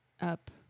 up